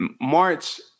March